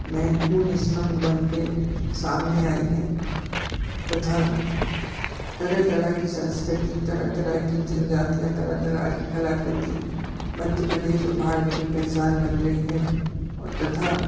महत्वपूर्ण स्तम्भ बनकर सामने आई हैं तथा तरह तरह की संस्कृति तरह तरह की जनजातियाँ तरह तरह की कलाकृति मध्य प्रदेश और भारत की पहचान बन रही है और तथा